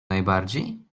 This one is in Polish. najbardziej